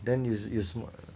then 你你有什么